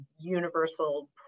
universal